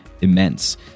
immense